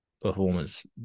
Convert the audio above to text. performance